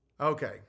Okay